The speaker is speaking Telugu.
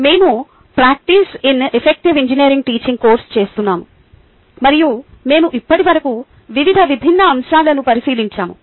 మేము practice in effective engineering teaching course చేస్తున్నాము మరియు మేము ఇప్పటివరకు వివిధ విభిన్న అంశాలను పరిశీలించాము